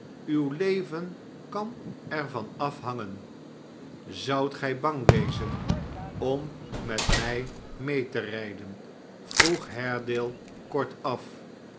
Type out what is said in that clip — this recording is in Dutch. uw leven kan er van afhangen azotidt gij bang wezen om met mij mee te rijden vrog haredale kortaf